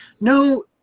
no